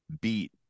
beat